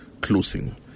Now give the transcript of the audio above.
closing